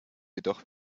jedoch